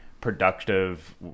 productive